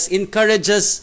encourages